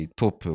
top